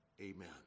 Amen